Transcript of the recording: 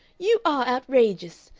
you are outrageous!